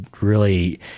really-